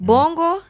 Bongo